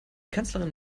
kanzlerin